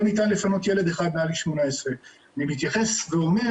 ניתן לפנות ילד אחד מעל גיל 18. אני מתייחס ואומר